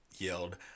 yelled